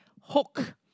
hook